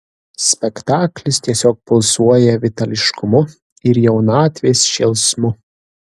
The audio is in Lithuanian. spektaklis tiesiog pulsuoja vitališkumu ir jaunatvės šėlsmu